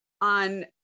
on